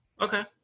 Okay